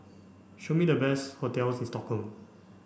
show me the best hotels in Stockholm